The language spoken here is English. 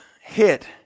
hit